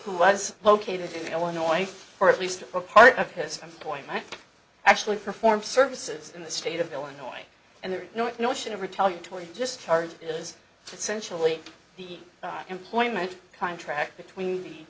who was located in illinois for at least a part of his employment actually perform services in the state of illinois and there is no notion of retaliatory just charge it is essentially the employment contract between the